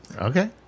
okay